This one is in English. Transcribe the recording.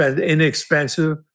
inexpensive